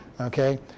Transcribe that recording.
okay